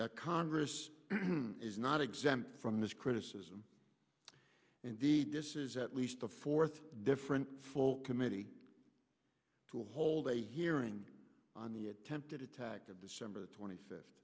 that congress is not exempt from this criticism indeed this is at least the fourth different full committee to hold a hearing on the attempted attack on december twenty fifth